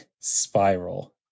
spiral